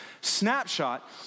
Snapshot